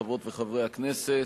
חברות וחברי הכנסת,